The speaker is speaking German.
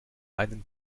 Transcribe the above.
einen